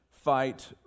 fight